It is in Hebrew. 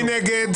מי נגד?